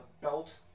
belt